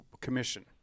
commission